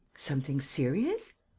something serious?